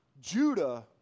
Judah